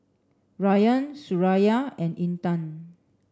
Ryan Suraya and Intan